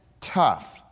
tough